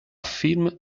film